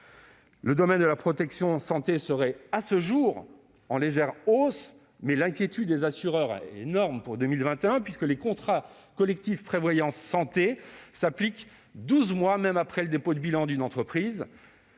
au domaine de la protection santé, les sinistres y seraient, à ce jour, en légère hausse. Mais l'inquiétude des assureurs est énorme pour 2021, puisque les contrats collectifs prévoyance et santé s'appliquent même après le dépôt de bilan d'une entreprise,